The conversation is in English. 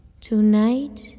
tonight